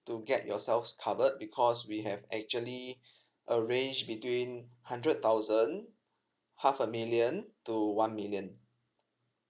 to get yourselves covered because we have actually a range between hundred thousand half a million to one million